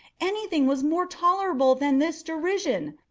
anything was more tolerable than this derision!